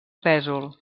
pèsol